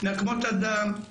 נקמות דם.